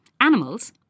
Animals